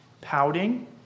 pouting